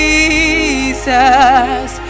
Jesus